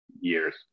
years